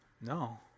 No